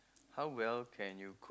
how well can you